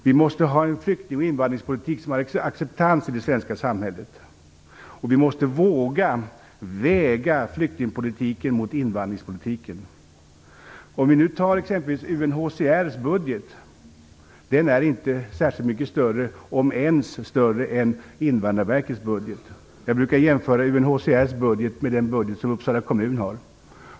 Vi måste ha en flykting och invandringspolitik som har acceptans i det svenska samhället. Vi måste våga väga flyktingpolitiken mot invandringspolitiken. För att ta UNHCR:s budget som exempel, så är den inte särskilt mycket större, om ens större, än Invandrarverkets budget. Jag brukar jämföra UNHCR:s budget med Uppsala kommuns budget.